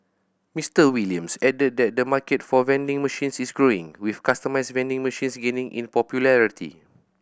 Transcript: Mister Williams added that the market for vending machines is growing with customised vending machines gaining in popularity